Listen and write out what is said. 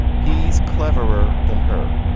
he's cleverer than her.